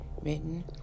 written